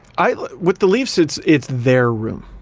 i mean with the leafs it's it's their room.